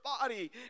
body